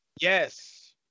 Yes